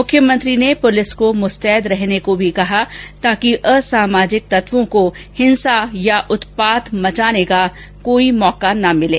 मुख्यमंत्री ने पुलिस को मुस्तैद रहने को भी कहा ताकि असामाजिक तत्वों को हिंसा या उत्पाद मचाने का कोई मौका न मिले